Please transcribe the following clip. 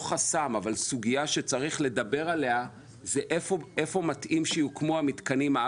סוגייה שצריך לדבר עליה היא איפה מתאים שיוקמו המתקנים.